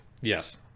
Yes